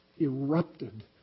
erupted